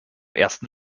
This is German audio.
ersten